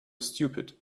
stupid